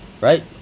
Right